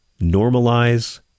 Normalize